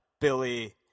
billy